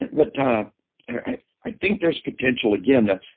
and but i i think there's potential, again, and